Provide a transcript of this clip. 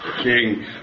king